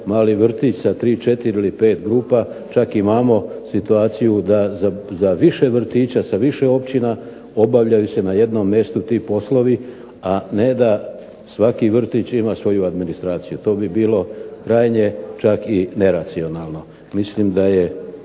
mali vrtić sa 3, 4 ili 5 grupa čak imamo situaciju da za više vrtića sa više općina obavljaju se na jednom mjestu ti poslovi, a ne da svaki vrtić ima svoju administraciju. To bi bilo krajnje čak i neracionalno. Mislim da je